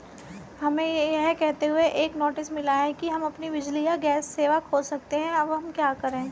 हमें यह कहते हुए एक नोटिस मिला कि हम अपनी बिजली या गैस सेवा खो सकते हैं अब हम क्या करें?